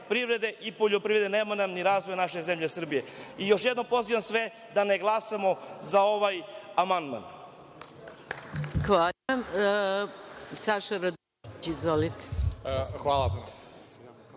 privrede i poljoprivrede nema nam ni razvoja naše zemlje Srbije. Još jednom pozivam sve da ne glasamo za ovaj amandman. **Maja